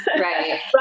Right